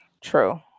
true